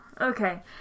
Okay